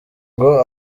ngo